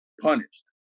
Punished